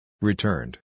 Returned